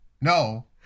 No